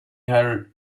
her